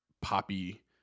poppy